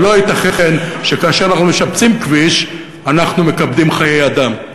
ולא ייתכן שכאשר אנחנו משפצים כביש אנחנו מקפדים חיי אדם.